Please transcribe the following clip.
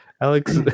Alex